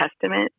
testament